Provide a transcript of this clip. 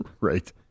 right